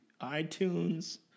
iTunes